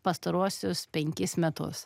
pastaruosius penkis metus